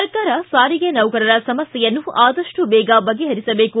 ಸರಕಾರ ಸಾರಿಗೆ ನೌಕರರ ಸಮಸ್ಥೆಯನ್ನು ಆದಷ್ಟು ಬೇಗ ಬಗೆಹರಿಸಬೇಕು